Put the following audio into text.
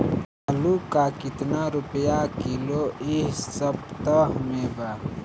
आलू का कितना रुपया किलो इह सपतह में बा?